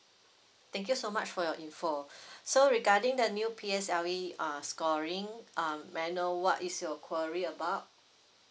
thank you so much for your info so regarding the new P_S_L_E uh scoring um may I know what is your query about